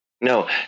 No